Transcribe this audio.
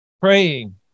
praying